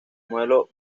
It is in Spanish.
modelo